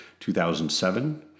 2007